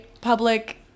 public